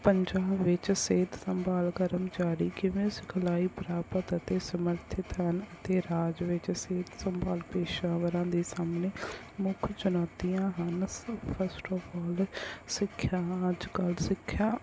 ਪੰਜਾਬ ਵਿੱਚ ਸਿਹਤ ਸੰਭਾਲ ਕਰਮਚਾਰੀ ਕਿਵੇਂ ਸਿਖਲਾਈ ਪ੍ਰਾਪਤ ਅਤੇ ਸਮਰਥਿਤ ਹਨ ਅਤੇ ਰਾਜ ਵਿੱਚ ਸਿਹਤ ਸੰਭਾਲ ਪੇਸ਼ਾਵਰਾਂ ਦੇ ਸਾਹਮਣੇ ਮੁੱਖ ਚੁਣੌਤੀਆਂ ਹਨ ਸ ਫਸਟ ਆਫ ਆਲ ਸਿੱਖਿਆ ਅੱਜ ਕੱਲ੍ਹ ਸਿੱਖਿਆ